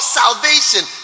salvation